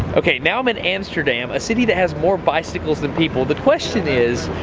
ok now i'm in amsterdam, a city that has more bicycles than people. the question is,